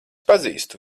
pazīstu